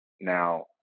Now